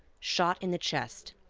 shot in the chest.